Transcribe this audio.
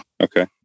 okay